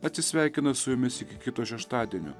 atsisveikina su jumis iki kito šeštadienio